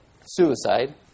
suicide